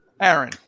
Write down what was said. Aaron